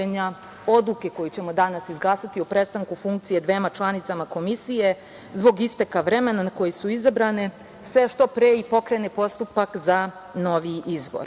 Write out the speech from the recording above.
koju ćemo danas izglasati o prestanku funkcije dvema članicama komisije zbog isteka vremena na koje su izabrane, se što pre i pokrene postupak za novi izbor. Kada